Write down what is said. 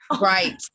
Right